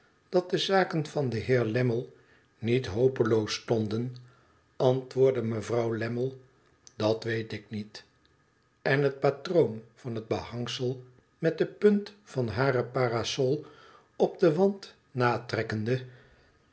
dat de zaken van den heer lammie niet hopeloos stonden antwoordde mevrouw lammie dat weet ik niet en het patroon van het behangsel met de punt van hare parasol op den wand natrekkende